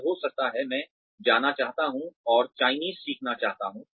कल हो सकता है मैं जाना चाहता हूं और चायनीज सीखना चाहता हूं